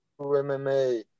MMA